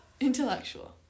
Intellectual